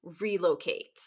relocate